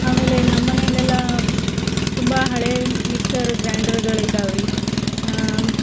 ಆಮೇಲೆ ನಮ್ಮನೇಲೆಲ್ಲ ತುಂಬ ಹಳೆಯ ಮಿಕ್ಸರ್ ಗ್ರಾಂಡ್ರ್ಗಳಿದ್ದಾವ್ರಿ